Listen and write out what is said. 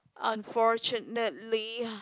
unfortunately